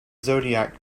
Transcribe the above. zodiac